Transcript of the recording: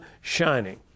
shining